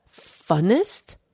funnest